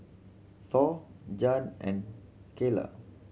Thor Jann and Cayla